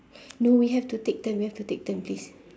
no we have to take turn we have to take turn please